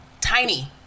Tiny